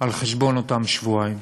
על חשבון אותם שבועיים.